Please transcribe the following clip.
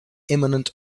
imminent